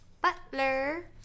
butler